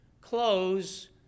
close